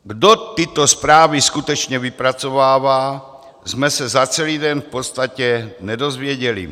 Kdo tyto zprávy skutečně vypracovává, jsme se za celý den v podstatě nedozvěděli.